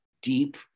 deep